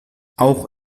auch